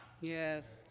Yes